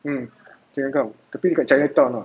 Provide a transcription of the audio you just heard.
mm chinatown tapi dekat chinatown ah